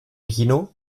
kino